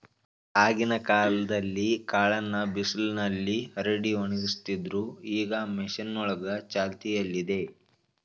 ಆಗಿನ ಕಾಲ್ದಲ್ಲೀ ಕಾಳನ್ನ ಬಿಸಿಲ್ನಲ್ಲಿ ಹರಡಿ ಒಣಗಿಸ್ತಿದ್ರು ಈಗ ಮಷೀನ್ಗಳೂ ಚಾಲ್ತಿಯಲ್ಲಿದೆ